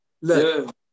Look